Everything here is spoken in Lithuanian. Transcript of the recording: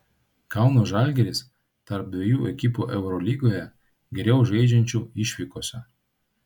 kauno žalgiris tarp dviejų ekipų eurolygoje geriau žaidžiančių išvykose